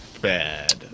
bad